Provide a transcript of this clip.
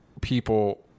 people